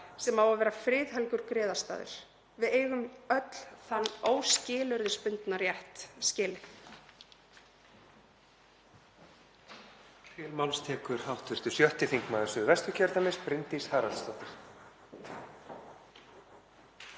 sem á að vera friðhelgur griðastaður. Við eigum öll þann skilyrðislausa rétt skilið.